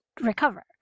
recover